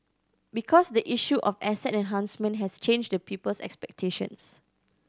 because the issue of asset enhancement has changed the people's expectations